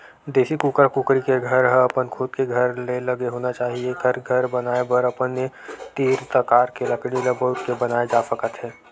देसी कुकरा कुकरी के घर ह अपन खुद के घर ले लगे होना चाही एखर घर बनाए बर अपने तीर तखार के लकड़ी ल बउर के बनाए जा सकत हे